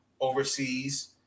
overseas